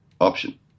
option